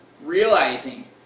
realizing